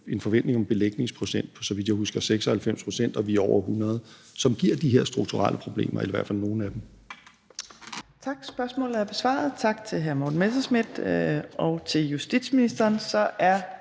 en forventning om en belægningsprocent på, så vidt jeg husker, 96 pct., og vi er nu over 100 pct., og det fører til de her strukturelle problemer eller i hvert fald til nogle af dem.